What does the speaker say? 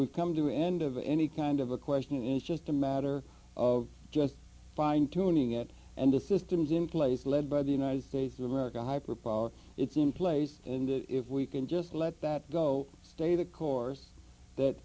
would come to an end of any kind of a question is just a matter of just fine tuning it and the systems in place led by the united states of america hyperball it's in place and if we can just let that go stay the course that